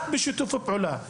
רק בשיתוף פעולה,